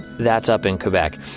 that's up in quebec.